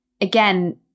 again